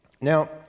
now